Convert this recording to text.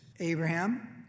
Abraham